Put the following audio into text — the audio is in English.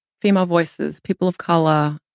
female voices, people of color,